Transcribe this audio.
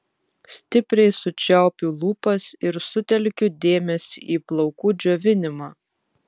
stipriai sučiaupiu lūpas ir sutelkiu dėmesį į plaukų džiovinimą